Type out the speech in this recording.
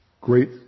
great